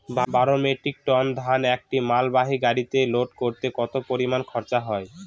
বারো metric tonne ধান একটি মালবাহী গাড়িতে লোড করতে কতো পরিমাণ খরচা হয়?